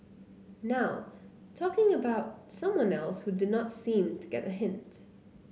now talking about someone else who did not seem to get a hint